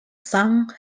sung